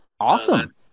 awesome